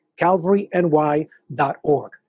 Calvaryny.org